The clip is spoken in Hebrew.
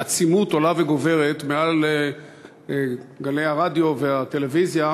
בעצימות עולה וגוברת מעל גלי הרדיו והטלוויזיה,